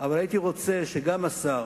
אבל הייתי רוצה שגם השר